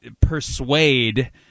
persuade